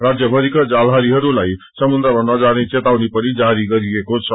राजयभरिका जालहारीहरूलााई समुन्द्रमा नजाने चेतावनी पनि जारी गरिएको छ